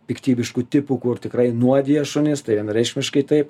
piktybiškų tipų kur tikrai nuodija šunis tai vienareikšmiškai taip